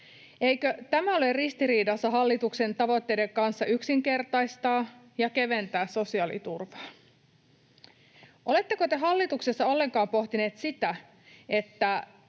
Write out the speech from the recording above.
Eikö tämä ole ristiriidassa hallituksen tavoitteiden kanssa yksinkertaistaa ja keventää sosiaaliturvaa? Oletteko te hallituksessa ollenkaan pohtineet sitä,